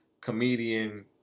Comedian